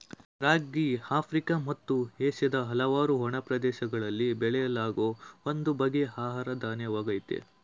ರಾಗಿ Africa ಮತ್ತು ಏಷ್ಯಾದ ಹಲವಾರು ಒಣ ಪ್ರದೇಶಗಳಲ್ಲಿ ಬೆಳೆಯಲಾಗೋ ಒಂದು ಬಗೆಯ ಆಹಾರ ಧಾನ್ಯವಾಗಯ್ತೆ